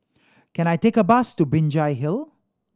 can I take a bus to Binjai Hill